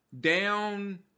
down